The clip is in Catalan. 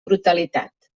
brutalitat